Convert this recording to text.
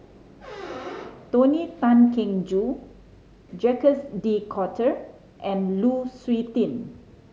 Tony Tan Keng Joo Jacques De Coutre and Lu Suitin